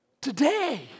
today